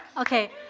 Okay